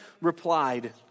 replied